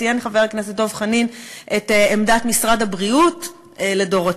ציין חבר הכנסת דב חנין את עמדת משרד הבריאות לדורותיו,